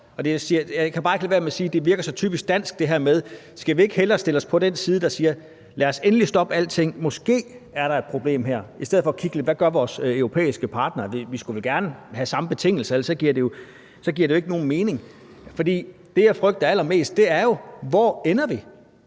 Jeg kan bare ikke lade være med at sige, at det her virker så typisk dansk at stille os på den side, der siger: Lad os endelig stoppe alting, måske er der et problem her. Det gør vi i stedet for kigge på, hvad vores europæiske partnere gør. Vi skulle vel gerne have samme betingelser, ellers giver det jo ikke nogen mening. Det, jeg frygter allermest, er, hvor vi